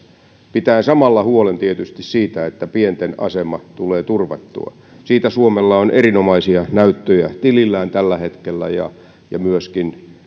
pitäen samalla tietysti huolen siitä että pienten asema tulee turvattua siitä suomella on erinomaisia näyttöjä tilillään tällä hetkellä ja ja myöskin